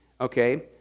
okay